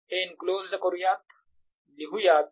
हे एनक्लोज्ड करूयात लिहूयात